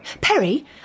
Perry